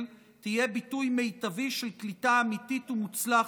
תהיה ביטוי מיטבי של קליטה אמיתית ומוצלחת,